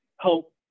help